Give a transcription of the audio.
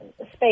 space